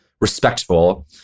respectful